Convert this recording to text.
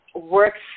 works